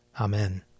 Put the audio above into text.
Amen